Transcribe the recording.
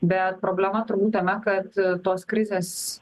bet problema turbūt tame kad tos krizės